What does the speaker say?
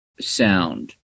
sound